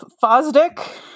Fosdick